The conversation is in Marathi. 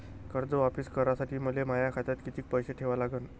कर्ज वापिस करासाठी मले माया खात्यात कितीक पैसे ठेवा लागन?